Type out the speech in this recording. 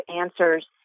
answers